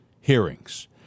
hearings